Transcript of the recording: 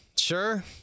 Sure